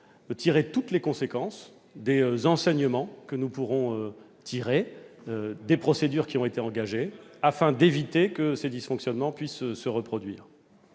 tirer toutes les conséquences des enseignements que nous pourrons dégager des procédures qui ont été engagées afin d'éviter que de tels dysfonctionnements ne se reproduisent.